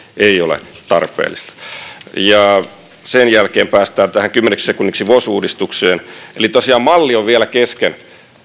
ei ole tarpeellista sen jälkeen päästään kymmeneksi sekunniksi vos uudistukseen eli tosiaan malli on vielä kesken